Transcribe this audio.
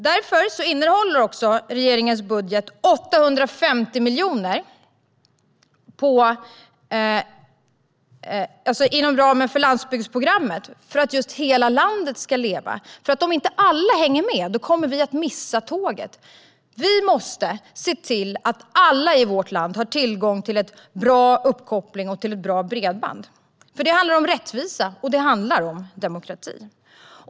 Därför finns i regeringens budget 850 miljoner inom ramen för landsbygdsprogrammet för att hela landet ska leva. Om inte alla hänger med kommer vi att missa tåget. Vi måste se till att alla i vårt land har tillgång till en bra uppkoppling och till ett bra bredband. Det handlar om rättvisa och demokrati.